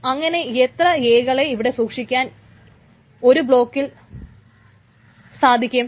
ഇപ്പോൾ അങ്ങനെ എത്ര A കളെ ഇവിടെ സൂക്ഷിക്കാൻ ഒരു ബ്ലോക്കിൽ സാധിക്കും